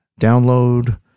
download